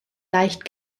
leicht